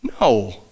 No